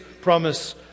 promise